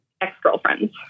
ex-girlfriends